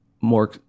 more